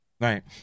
right